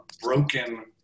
broken